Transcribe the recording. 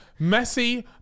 Messi